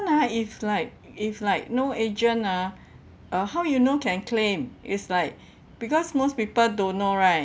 ah if like if like no agent ah uh how you know can claim it's like because most people don't know right